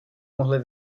mohli